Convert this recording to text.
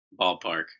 ballpark